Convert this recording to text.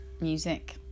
music